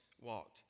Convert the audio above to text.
walked